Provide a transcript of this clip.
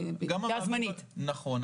נכון,